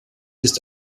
ist